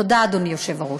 תודה, אדוני היושב-ראש.